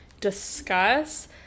discuss